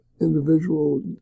individual